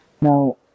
now